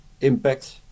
impact